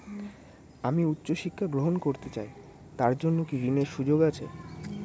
আমি উচ্চ শিক্ষা গ্রহণ করতে চাই তার জন্য কি ঋনের সুযোগ আছে?